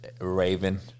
Raven